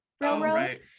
Railroad